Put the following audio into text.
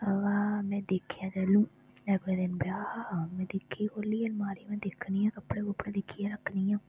अवा में दिक्खेआ जैलु अगले दिन ब्याह् हा में दिक्खी खोह्लियै लमारी महां दिक्खनी आं कप्पड़े कुप्पड़े दिक्खियै रक्खनी आं